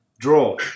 Draw